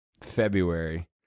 February